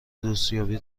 دوستیابی